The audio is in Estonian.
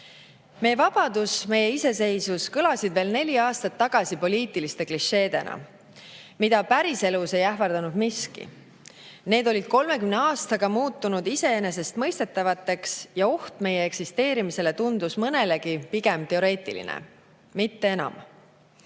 Meie vabadus ja meie iseseisvus kõlasid veel neli aastat tagasi poliitiliste klišeedena, mida päriselus ei ähvardanud miski. Need olid 30 aastaga muutunud iseenesestmõistetavaks ja oht meie eksisteerimisele tundus mõnelegi pigem teoreetiline. Mitte enam.